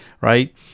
right